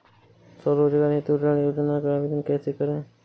स्वरोजगार हेतु ऋण योजना का आवेदन कैसे करें?